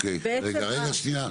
אוקיי, רגע, שנייה.